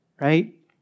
right